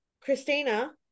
Christina